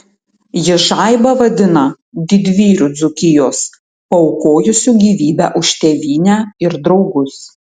ji žaibą vadina didvyriu dzūkijos paaukojusiu gyvybę už tėvynę ir draugus